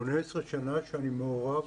18 שנה שאני מעורב,